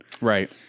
Right